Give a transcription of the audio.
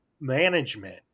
management